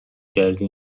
کردی